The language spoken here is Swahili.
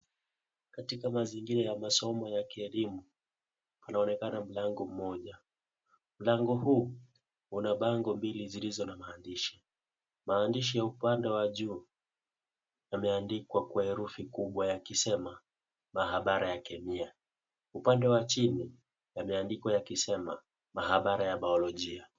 Katika mazingira ya masomo ya kielimu kunaonekana mlango mmoja, mlango huu una bango mbili zilizo na maandishi, maandishi ya upande wa juu yameandikwa kwa herufi kubwa yakisema, maabara ya kemia, upande wa chini yameandikwa yakisema maabara ya biolojia.